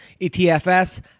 ETFs